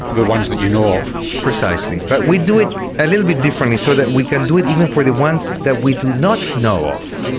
the ones that you know of. precisely, but we do it a little bit differently so that we can do it even for the ones that we do not know of.